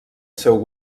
seu